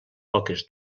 poques